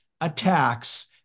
attacks